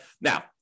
Now